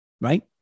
right